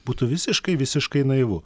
būtų visiškai visiškai naivu